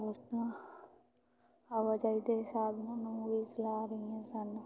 ਔਰਤਾਂ ਆਵਾਜਾਈ ਦੇ ਸਾਧਨਾਂ ਨੂੰ ਵੀ ਚਲਾ ਰਹੀਆਂ ਸਨ